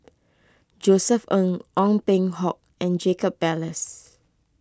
Josef Ng Ong Peng Hock and Jacob Ballas